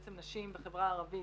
ההשכלה של נשים בחברה הערבית